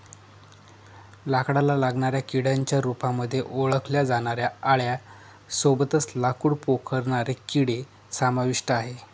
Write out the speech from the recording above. लाकडाला लागणाऱ्या किड्यांच्या रूपामध्ये ओळखल्या जाणाऱ्या आळ्यां सोबतच लाकूड पोखरणारे किडे समाविष्ट आहे